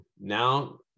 now